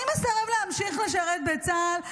אני מסרב להמשיך לשרת בצה"ל,